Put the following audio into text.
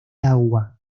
agua